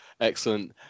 Excellent